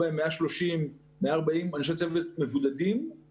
כמה תקני צוות סיעודי הצלחת לקלוט מאז תחילת המשבר?